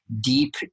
deep